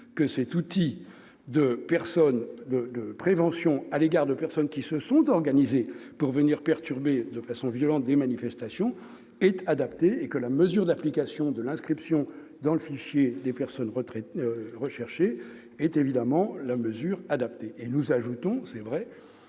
juge. Cet outil de prévention à l'égard des personnes qui se sont organisées pour venir perturber de façon violente des manifestations est donc adapté. La mesure d'application de l'inscription dans le fichier des personnes recherchées est évidemment appropriée. Nous ajoutons, il est vrai,